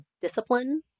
discipline